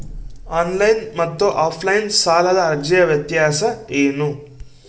Online ಮತ್ತು offline ಸಾಲದ ಅರ್ಜಿಯ ವ್ಯತ್ಯಾಸ ಏನು?